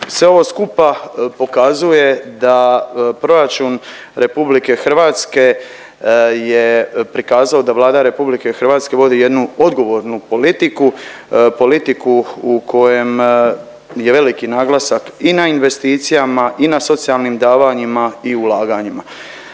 Sve ovo skupa pokazuje da proračun RH je prikazao da Vlada RH vodi jednu odgovornu politiku, politiku u kojem je veliki naglasak i na investicijama i na socijalnim davanjima i ulaganjima.